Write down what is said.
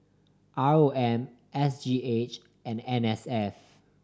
R O M S G H and N S F